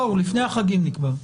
לפני החגים הוא נקבע.